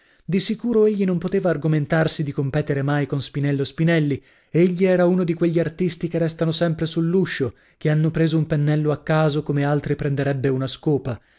di sicuro egli non poteva argomentarsi di competere mai con spinello spinelli egli era uno di quegli artisti che restano sempre sull'uscio che hanno preso un pennello a caso come altri prenderebbe una scopa